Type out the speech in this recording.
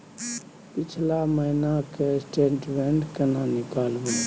पिछला महीना के स्टेटमेंट केना मिलते?